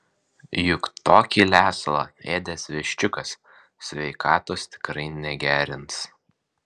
juk tokį lesalą ėdęs viščiukas sveikatos tikrai negerins